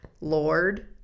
Lord